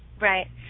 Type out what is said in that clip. Right